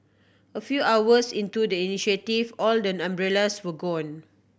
a few hours into the initiative all the umbrellas were gone